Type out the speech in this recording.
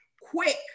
quick